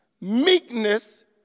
Meekness